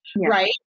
right